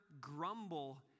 grumble